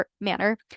manner